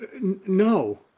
No